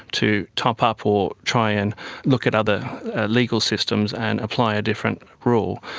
to top up or try and look at other legal systems and apply a different rule.